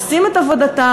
עושים את עבודתם?